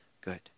good